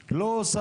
לא.